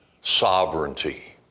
sovereignty